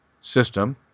system